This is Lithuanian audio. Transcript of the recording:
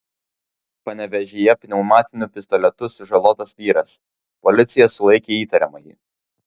panevėžyje pneumatiniu pistoletu sužalotas vyras policija sulaikė įtariamąjį